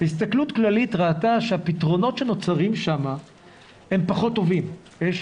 הסתכלות כללית ראתה שהפתרונות שנוצרים שם הם פחות טובים,